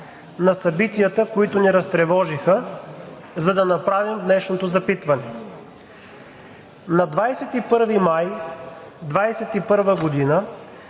на събитията, които ни разтревожиха, за да направим днешното запитване. На 21 май 2021 г.